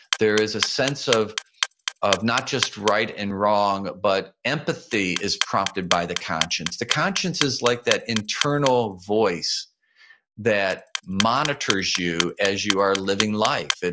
there is a sense of of not just right and wrong but empathy is prompted by the conscience. the conscience is like that internal voice that monitors you as you are living life.